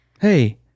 Hey